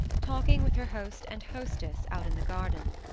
talking with her host and hostess out in the garden.